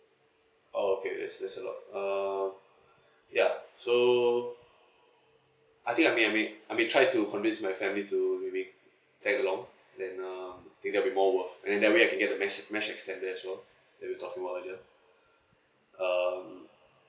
oh okay okay there's a lot uh ya so I think I may I may I may try to convince my family to maybe tag along then um maybe it'll be more worth and then maybe we can get the mesh mesh extender as well that we talk about earlier um